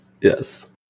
Yes